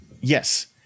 Yes